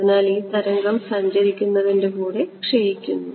അതിനാൽ ഈ തരംഗം സഞ്ചരിക്കുന്നതിനു കൂടെ ക്ഷയിക്കുന്നു